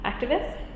activists